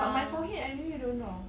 but my forehead I really don't know